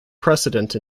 precedent